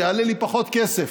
זה יעלה לי פחות כסף.